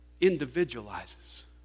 individualizes